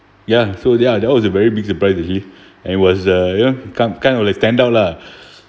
ya so ya that was a very big surprise actually and was uh you know kind kind of like stand out lah